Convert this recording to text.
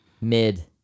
mid